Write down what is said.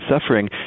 suffering